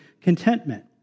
contentment